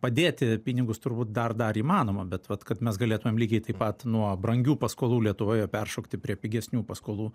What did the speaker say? padėti pinigus turbūt dar dar įmanoma bet vat kad mes galėtumėm lygiai taip pat nuo brangių paskolų lietuvoje peršokti prie pigesnių paskolų